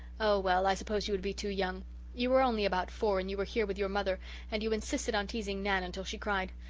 oh well, i suppose you would be too young you were only about four and you were here with your mother and you insisted on teasing nan until she cried.